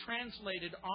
translated